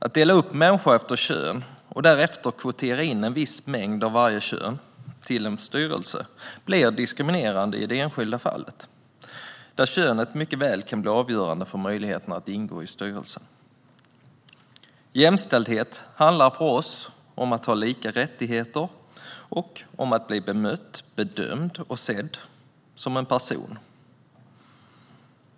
Att dela upp människor efter kön och därefter kvotera in en viss mängd av varje kön till en styrelse blir diskriminerande i det enskilda fallet, där könet mycket väl kan bli avgörande för möjligheten att ingå i styrelsen. Jämställdhet handlar för oss om att ha lika rättigheter och om att bli bemött, bedömd och sedd som en person.